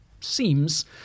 seems